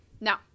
now